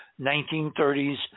1930s